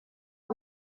情况